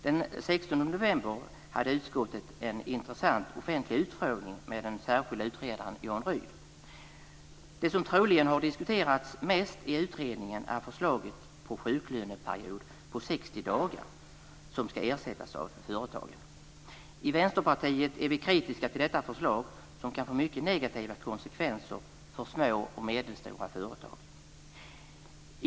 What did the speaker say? Den 16 november hade utskottet en intressant offentlig utfrågning med den särskilde utredaren Jan Rydh. Det som troligen har diskuterats mest i utredningen är förslaget om sjuklöneperiod på 60 dagar, där löntagarna ska ersättas av företagen. I Vänsterpartiet är vi kritiska till detta förslag, som kan få mycket negativa konsekvenser för små och medelstora företag.